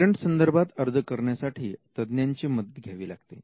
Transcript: patent संदर्भात अर्ज करण्यासाठी तज्ञांची मदत घ्यावी लागते